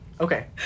Okay